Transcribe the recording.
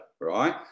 right